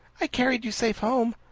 i carried you safe home.